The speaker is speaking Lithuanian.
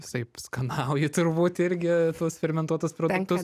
visaip skanauji turbūt irgi tuos fermentuotus produktus